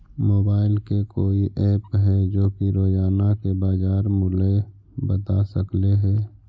Mobile के कोइ app है जो कि रोजाना के बाजार मुलय बता सकले हे?